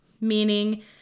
meaning